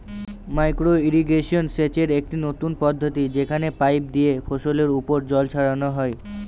micro irrigation সেচের একটি নতুন পদ্ধতি যেখানে পাইপ দিয়ে ফসলের ওপর জল ছড়ানো হয়